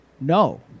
No